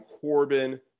Corbin